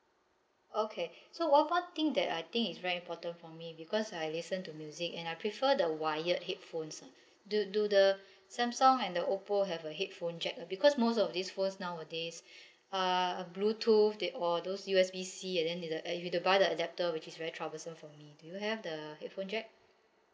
okay so one more thing that I think is very important for me because I listen to music and I prefer the wired headphones ah do do the samsung and the oppo have a headphone jack ah because most of these phones nowadays uh bluetooth they or those U_S_B C and then the you have to buy the adapter which is very troublesome for me do you have the headphone jack